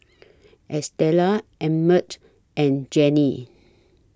Estela Emmet and Jenni